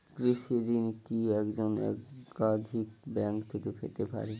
কৃষিঋণ কি একজন একাধিক ব্যাঙ্ক থেকে পেতে পারে?